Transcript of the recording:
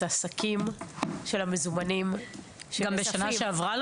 את השקים של המזומנים --- גם בשנה שעברה?